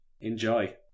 enjoy